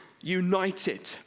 united